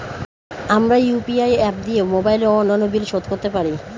আমরা UPI app দিয়ে mobile ও অন্যান্য বিল শোধ করতে পারি